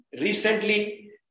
recently